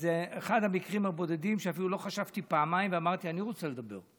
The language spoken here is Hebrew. וזה אחד המקרים הבודדים שאפילו לא חשבתי פעמיים ואמרתי: אני רוצה לדבר.